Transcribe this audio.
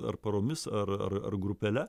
ar poromis ar ar ar grupele